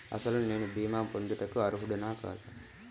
అసలు నేను భీమా పొందుటకు అర్హుడన కాదా?